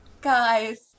Guys